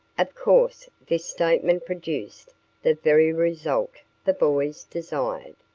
of course this statement produced the very result the boys desired.